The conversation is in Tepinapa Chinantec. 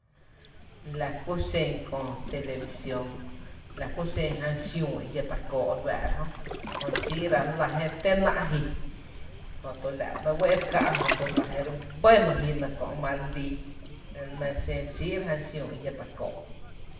La kú xen köö televisión, la kú xen jan xiüü i jia’ ta kóó’ re fáá’ra jö, jö re xíí’ra jö lⱥ jé re té ná’ ji, jöto la’ ba ‘néé’ uɇɇ’ re ká’ jötu re bɇ no ji nɇ kö’ mare lií, la nɇ xen ere xíí’ra jan xiüü i jia’ ta kóó’.